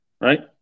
right